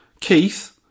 Keith